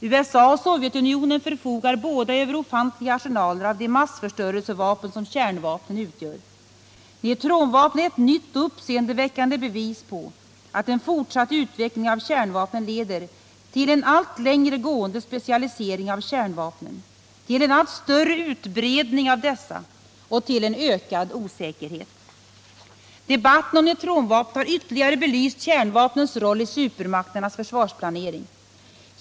USA och Sovjetunionen förfogar båda över ofantliga arsenaler av de massförstörelsevapen som kärnvapnen utgör. Neutronvapnen är ett nytt och uppseendeväckande bevis på att en fortsatt utveckling av kärnvapnen leder till en allt längre gående specialisering av kärnvapnen, till en allt större utbredning av dessa och till en ökad osäkerhet. Debatten om neutronvapnet har ytterligare belyst kärnvapnens roll i supermakternas försvarsplanering.